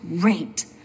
great